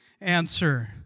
answer